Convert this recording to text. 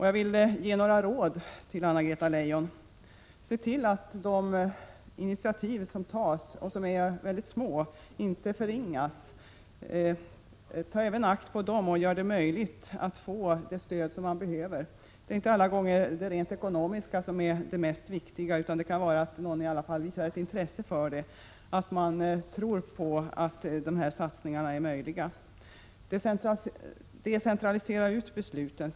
Jag vill ge Anna-Greta Leijon några råd: Se till att de initiativ som tas och som är små inte förringas. Ta vara även på dem och gör det möjligt att få det stöd som behövs. Det är inte alla gånger det rent ekonomiska som är det viktigaste — det kan vara att någon i alla fall visar ett intresse, att någon tror att de här satsningarna är möjliga. Decentralisera besluten!